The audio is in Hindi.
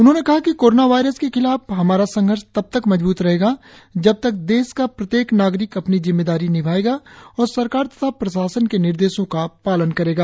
उन्होंने कहा कि कोरोना वायरस के खिलाफ हमारा संघर्ष तब तक मजबूत रहेगा जब तक देश का प्रत्येक नागरिक अपनी जिम्मेदारी निभायेगा और सरकार तथा प्रशासन के निर्देशों का पालन करेगा